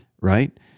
right